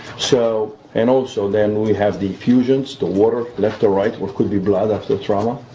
so and also then we have the effusions, the water left or right or could be blood after the trauma,